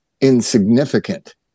insignificant